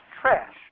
trash